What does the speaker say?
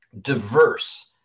diverse